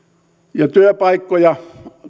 ja työpaikkoja